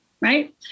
Right